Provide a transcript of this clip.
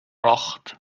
acht